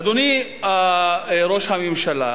אדוני ראש הממשלה,